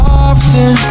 often